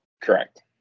Correct